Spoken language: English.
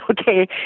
okay